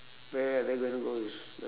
where are they gonna go to s~